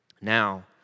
Now